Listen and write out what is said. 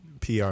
PR